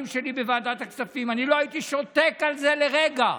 שלי בוועדת הכספים לא הייתי שותק על זה לרגע.